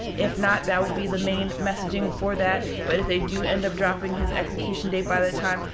if not, that will be the main messaging for that. but if they do end up dropping his execution date by that time,